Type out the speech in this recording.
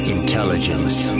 Intelligence